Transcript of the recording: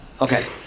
Okay